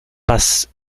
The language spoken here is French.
passe